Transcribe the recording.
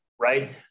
right